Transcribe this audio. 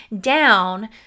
down